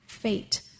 fate